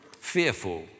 fearful